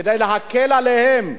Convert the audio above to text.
כדי להקל עליהם,